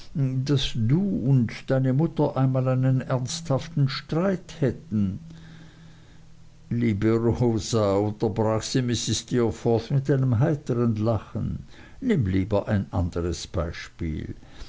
daß du und deine mutter einmal einen ernsthaften streit hätten liebe rosa unterbrach sie mrs steerforth mit einem heitern lachen nimm lieber ein anderes beispiel